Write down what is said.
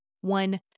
one